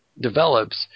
develops